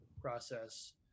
process